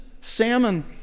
salmon